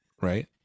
right